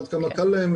עד כמה קל להם,